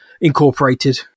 incorporated